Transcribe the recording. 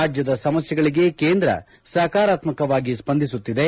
ರಾಜ್ಯದ ಸಮಸ್ಥೆಗಳಿಗೆ ಕೇಂದ್ರ ಸಕಾರಾತ್ಮಕವಾಗಿ ಸ್ಪಂದಿಸುತ್ತಿದೆ